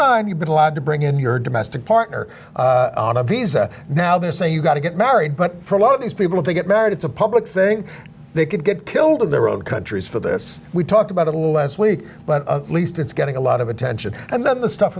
nine you've been allowed to bring in your domestic partner on a visa now they're saying you've got to get married but for a lot of these people to get married it's a public thing they could get killed in their own countries for this we talked about the last week but at least it's getting a lot of attention and then the stuff